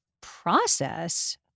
process